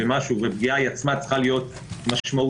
והפגיעה עצמה צריכה להיות משמעותית